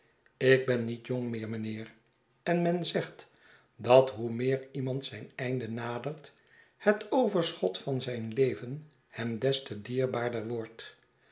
ik ben niet jong meer mynheer en men zegt dat hoe meer iemand zijn einde nadert het overschot van zijn leven hem des te dierbaarder wordt